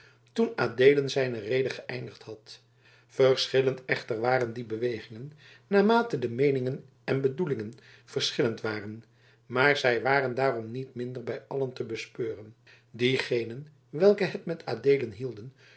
toen adeelen zijne rede geëindigd had verschillend echter waren die bewegingen naarmate de meeningen en bedoelingen verschillend waren maar zij waren daarom niet minder bij allen te bespeuren diegenen welke het met adeelen hielden